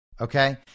Okay